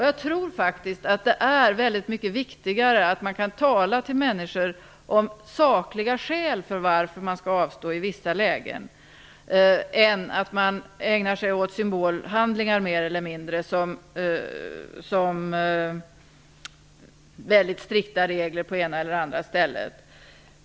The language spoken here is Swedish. Jag tror faktiskt att det är viktigare att tala till människor om sakliga skäl för att avstå i vissa lägen än att ägna sig åt mer eller mindre symbolhandlingar, som väldigt strikta regler på det ena eller det andra stället.